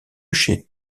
chez